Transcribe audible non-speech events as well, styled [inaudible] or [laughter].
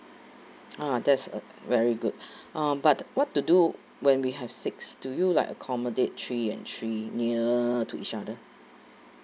[noise] uh that's a very good [breath] uh but what to do when we have six do you like accommodate three and three near to each other